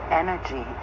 energy